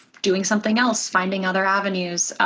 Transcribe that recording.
doing something else, finding other avenues.